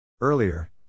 Earlier